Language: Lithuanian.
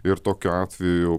ir tokiu atveju